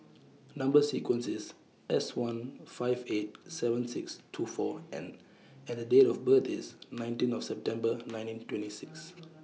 Number sequence IS S one five eight seven six two four N and Date of birth IS nineteen of September nineteen twenty six